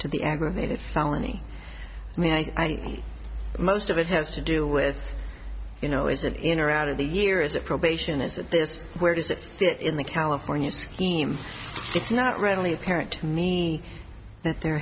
to the aggravated felony i mean i think the most of it has to do with you know is it in or out of the year is a probation is that this where does it fit in the california scheme it's not readily apparent to me that there